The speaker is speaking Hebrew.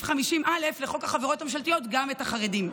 50א לחוק החברות הממשלתיות גם לחרדים.